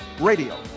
Radio